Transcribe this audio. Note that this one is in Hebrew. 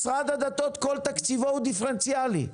משרד הדתות כל תקציבו הוא דיפרנציאלי.